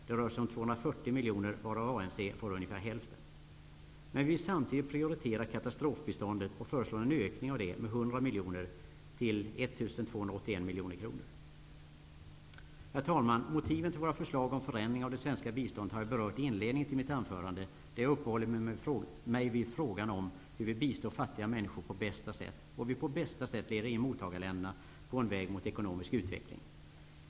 Det rör sig om 240 miljoner, varav ANC får ungefär hälften. Men vi vill samtidigt prioritera katastrofbiståndet och föreslår en ökning av detta med 100 miljoner till 1 281 miljoner kronor. Herr talman! Motiven till våra förslag om förändring av det svenska biståndet har jag berört i inledningen till mitt anförande, där jag uppehållit mig vid frågan om hur vi bistår fattiga människor på bästa sätt och hur vi bäst leder in mottagarländerna på en väg mot ekonomisk utveckling.